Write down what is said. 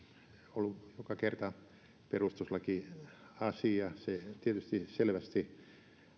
ollut joka kerta perustuslakiasia se tietysti selvästi